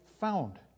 found